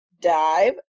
dive